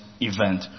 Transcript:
event